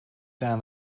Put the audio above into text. down